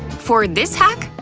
for this hack,